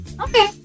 Okay